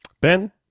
Ben